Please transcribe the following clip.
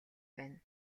байна